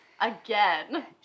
again